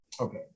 Okay